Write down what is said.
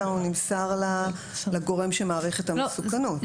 אלא הוא נמסר לגורם שמעריך את המסוכנות.